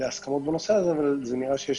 להסכמות בנושא הזה אבל זה נראה שיש